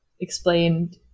explained